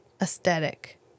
aesthetic